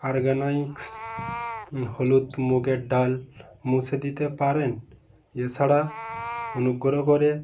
Organics হলুদ মুগের ডাল মুছে দিতে পারেন এছাড়া অনুগ্রহ করে